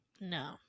no